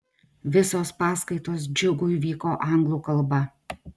visos paskaitos džiugui vyko anglų kalba